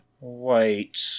Wait